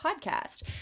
podcast